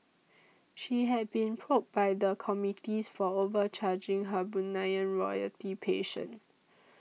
she had been probed by the committees for overcharging her Bruneian royalty patient